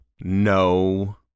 No